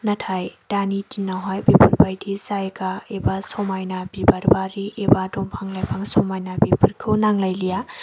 नाथाय दानि दिनावहाय बेफोरबायदि जायगा एबा समायना बिबारबारि एबा दंफां लाइफां समायना बेफोरखौ नांलायलिया